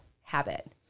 habit